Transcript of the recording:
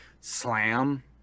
slam